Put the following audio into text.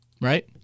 Right